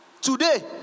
Today